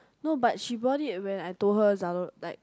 no but she brought it when I told her Zalo~ like